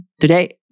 today